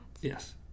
Yes